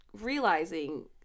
realizing